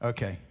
Okay